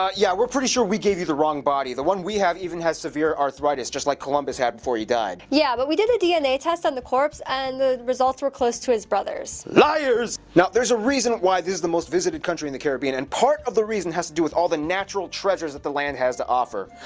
ah yeah, we're pretty sure we gave you the wrong body the one we have even has severe arthritis, just like columbus had before he died. yeah, but we did a dna test of and the corpse, and the results were close to his brothers'. liars! now there's a reason why this is the most-visited country in the caribbean, and part of the reason has to do with all the natural treasures that the land has to offer.